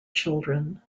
children